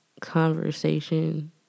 conversation